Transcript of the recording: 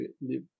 live